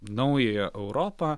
naująją europą